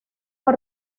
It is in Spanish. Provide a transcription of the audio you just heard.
fue